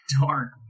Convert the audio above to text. dark